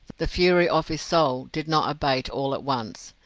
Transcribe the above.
the fury of his soul did not abate all at once.